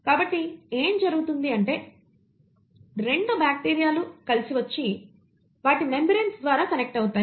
కాబట్టి ఏమి జరుగుతుంది అంటే రెండు బాక్టీరియాలు కలిసి వచ్చి వాటి మెంబ్రేన్స్ ద్వారా కనెక్ట్ అవుతాయి